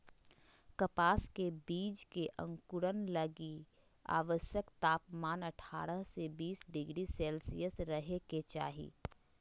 कपास के बीज के अंकुरण लगी आवश्यक तापमान अठारह से बीस डिग्री सेल्शियस रहे के चाही